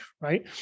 Right